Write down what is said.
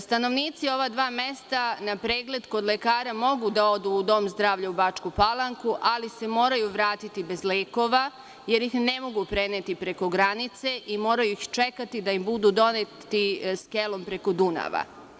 Stanovnici ova dva mesta na pregled kod lekara mogu da odu u dom zdravlja u Bačku Palanku ali se moraju vratiti bez lekova, jer ih ne mogu preneti preko granice i moraju čekati da im budu doneti skelom preko Dunava.